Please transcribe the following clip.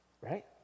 right